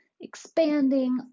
expanding